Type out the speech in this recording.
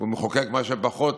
והוא מחוקק מה שפחות,